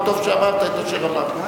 וטוב שאמרת את אשר אמרת.